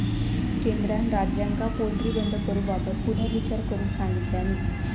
केंद्रान राज्यांका पोल्ट्री बंद करूबाबत पुनर्विचार करुक सांगितलानी